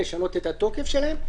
לשנות את התוקף שלהן,